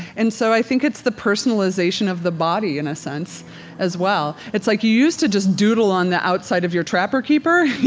and so i think it's the personalization of the body in a sense as well. it's like you used to just doodle on the outside of your trapper keeper, you